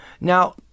now